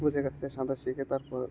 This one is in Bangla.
কাছ থেকে সাঁতার শিখে তারপর